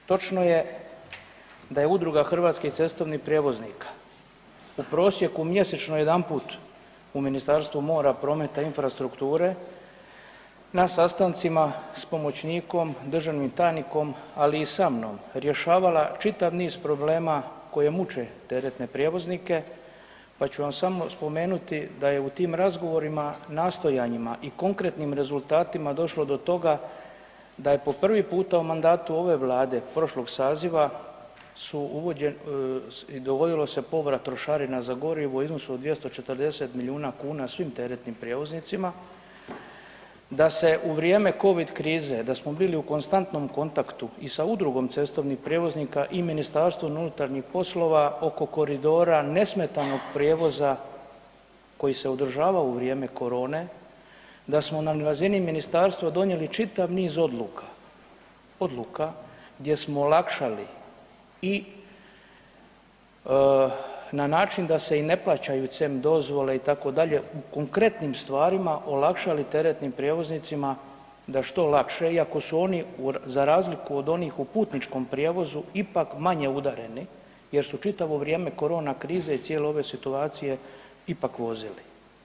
Drugo, točno je da je Udruga hrvatskih cestovnih prijevoznika u prosjeku mjesečno jedanput u Ministarstvu mora, prometa i infrastrukture na sastancima s pomoćnikom, državnom tajnikom ali i sa mnom rješavala čitav niz problema koje muče teretne prijevoznike, pa ću vam samo spomenuti da je u tim razgovorima, nastojanjima i konkretnim rezultatima došlo do toga da je po prvi puta u mandatu ove Vlade prošlog saziva su uvođene i dogodilo se povrat trošarina za gorivo u iznosu od 240 milijuna kuna svim teretnim prijevoznicima, da se u vrijeme Covid krize da smo bili u konstantnom kontaktu i sa Udrugom cestovnih prijevoznika i MUP-om oko koridora nesmetanog prijevoza koji se održavao u vrijeme korone, da smo na razini ministarstva donijeli čitav niz odluka, odluka gdje smo olakšali i na način da se i ne plaćaju CEM dozvole itd. u konkretnim stvarima olakšali teretnim prijevoznicima da što lakše, iako su oni za razliku od onih u putničkom prijevozu ipak manje udareni jer su čitavo vrijeme korona krize i cijele ove situacije ipak vozili.